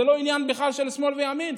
זה בכלל לא עניין של שמאל וימין.